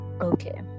Okay